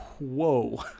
Whoa